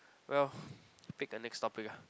well you pick the next topic ah